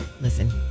Listen